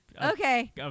Okay